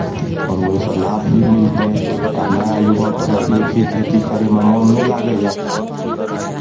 आओर ओहिसँ लाभ भी मिलतै आ नया युवकके एक ही खेती करयमे मोन नहि लागैए